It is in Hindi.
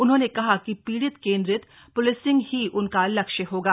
उन्होंने कहा कि पीड़ित केंद्रित प्लिसिंग ही उनका लक्ष्य होगा